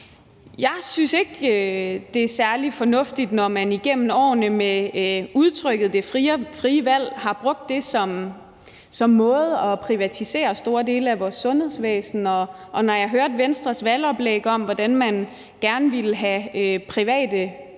Jeg synes ikke, det er særlig fornuftigt, når man igennem årene med udtrykket det frie valg har brugt det som en måde at privatisere store dele af vores sundhedsvæsen på, og når jeg hører Venstres valgoplæg om, hvordan man gerne vil have private